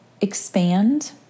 expand